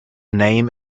name